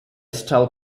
style